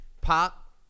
Pop